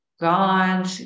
god